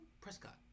Prescott